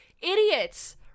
idiots